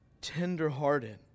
tenderhearted